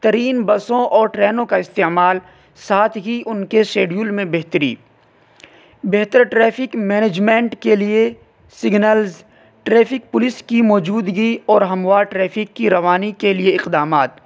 ترین بسوں اور ٹرینوں کا استعمال ساتھ ہی ان کے شیڈول میں بہتری بہتر ٹریفک مینجمنٹ کے لیے سگنلز ٹریفک پولیس کی موجودگی اور ہموار ٹریفک کی روانی کے لیے اقدامات